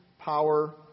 power